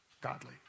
godly